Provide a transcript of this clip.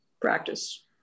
practice